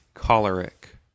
Choleric